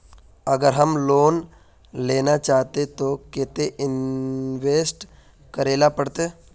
अगर हम लोन लेना चाहते तो केते इंवेस्ट करेला पड़ते?